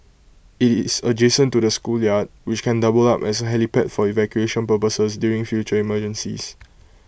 IT is adjacent to the schoolyard which can double up as A helipad for evacuation purposes during future emergencies